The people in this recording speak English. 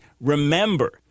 Remember